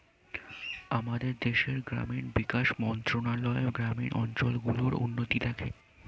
আমাদের দেশের গ্রামীণ বিকাশ মন্ত্রণালয় গ্রামীণ অঞ্চল গুলোর উন্নতি দেখে